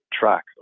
track